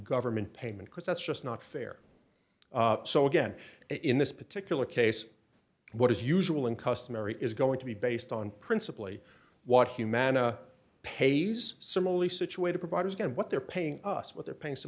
government payment because that's just not fair so again in this particular case what is usual and customary is going to be based on principle what humana pays similarly situated providers get what they're paying us what they're paying so